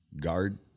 guard